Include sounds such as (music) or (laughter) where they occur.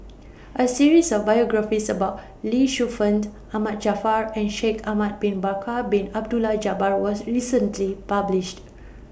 A series of biographies about Lee Shu Fen (noise) Ahmad Jaafar and Shaikh Ahmad Bin Bakar Bin Abdullah Jabbar was recently published